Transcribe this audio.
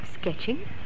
Sketching